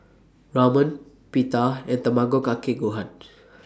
Ramen Pita and Tamago Kake Gohan